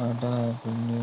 ఆటా పిండి